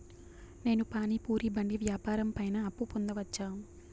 నేను పానీ పూరి బండి వ్యాపారం పైన అప్పు పొందవచ్చా?